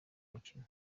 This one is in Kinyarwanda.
mukino